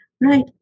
right